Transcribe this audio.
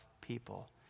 people